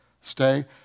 stay